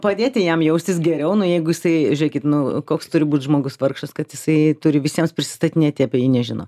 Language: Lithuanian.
padėti jam jaustis geriau nu jeigu jisai žėkit nu koks turi būt žmogus vargšas kad jisai turi visiems prisistatinėti apie jį nežino